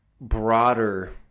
broader